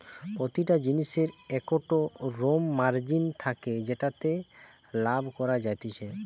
প্রতিটা জিনিসের একটো মোর মার্জিন থাকে যেটাতে লাভ করা যাতিছে